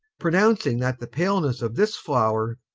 pronouncing that the palenesse of this flower,